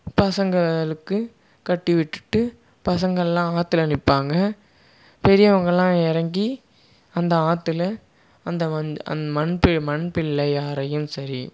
பசங்களுக்கு கட்டி விட்டுட்டு பசங்களெலாம் ஆற்றுல நிற்பாங்க பெரியவங்களெலாம் இறங்கி அந்த ஆற்றுல அந்த வந் அந் மண் பி மண் பிள்ளையாரையும் சரி